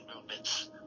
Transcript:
movements